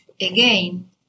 again